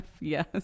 Yes